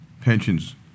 pensions